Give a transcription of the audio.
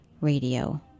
Radio